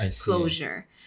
closure